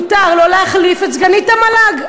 מותר לו, להחליף את סגנית יו"ר המל"ג.